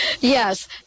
Yes